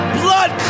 blood